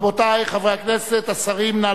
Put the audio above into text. רבותי חברי הכנסת, השרים, מי